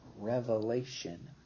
revelation